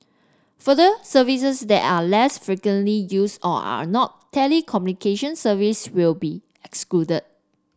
further services that are less frequently used or are not telecommunication service will be excluded